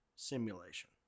simulation